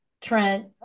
Trent